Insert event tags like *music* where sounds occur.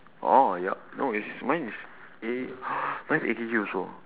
oh ya no is mine is A *noise* mine is A_K_G also